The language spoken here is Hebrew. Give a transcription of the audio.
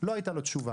לא הייתה לו תשובה.